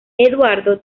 eduardo